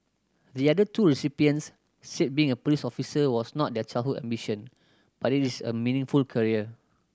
the other two recipients said being a police officer was not their childhood ambition but it is a meaningful career